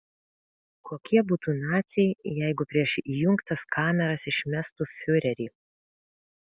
kokie būtų naciai jeigu prieš įjungtas kameras išmestų fiurerį